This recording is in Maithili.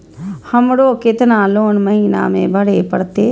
हमरो केतना लोन महीना में भरे परतें?